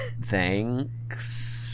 Thanks